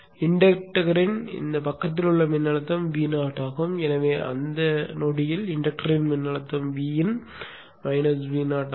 இண்டக்டரின் இந்தப் பக்கத்திலுள்ள மின்னழுத்தம் Vo ஆகும் எனவே அந்த நொடியில் இண்டக்டரின் மின்னழுத்தம் Vin மைனஸ் Vo ஆகும்